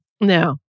No